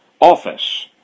office